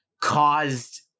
caused